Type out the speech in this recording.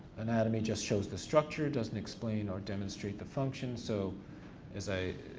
anatomy just shows the structure, doesn't explain or demonstrate the function, so as i,